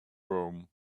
rome